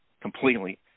completely